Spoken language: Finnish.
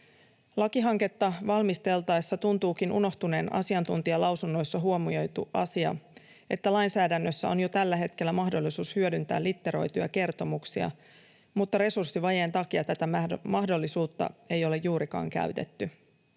Lakihanketta valmisteltaessa tuntuukin unohtuneen asiantuntijalausunnoissa huomioitu asia, että lainsäädännössä on jo tällä hetkellä mahdollisuus hyödyntää litteroituja kertomuksia mutta resurssivajeen takia tätä mahdollisuutta ei ole juurikaan käytetty.